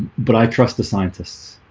but i trust the scientists,